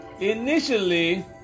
initially